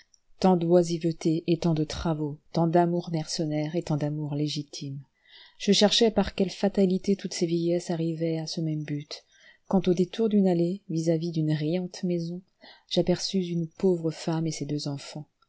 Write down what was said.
tant d'oisivetés et tant de travaux tant d'amours mercenaires et tant d'amours légitimes je cherchais par quelle fatalité toutes ces vieillesses arrivaient à ce même but quand au détour d'une allée vis-à-vis une riante maison j'aperçus une pauvre femme et ses deux enfants